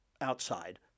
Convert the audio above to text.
outside